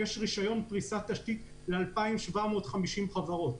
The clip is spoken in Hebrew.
יש רישיון פריסת תשתית ל-2,750 חברות.